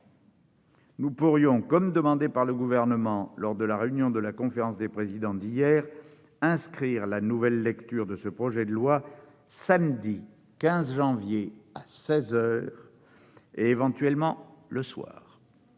nous pourrions, comme il a été demandé par le Gouvernement lors de la réunion de la conférence des présidents d'hier, inscrire la nouvelle lecture de ce projet de loi le samedi 15 janvier à seize heures et, éventuellement, le soir.